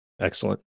Excellent